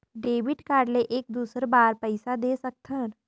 Debit card ले एक दुसर बार पइसा दे सकथन?